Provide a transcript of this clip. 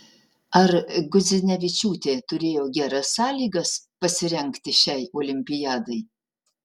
ar gudzinevičiūtė turėjo geras sąlygas pasirengti šiai olimpiadai